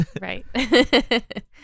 right